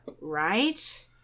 Right